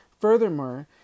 Furthermore